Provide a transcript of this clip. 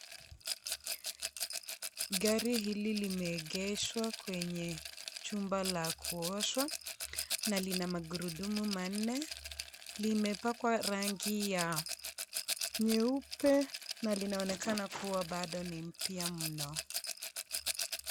Gari hili limeegeshwa kwenye chumba la kuoshwa na lina magurudumu manne, limepakwa rangi ya nyeupe na linaonekana kuwa bado ni mpya mno.